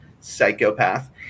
psychopath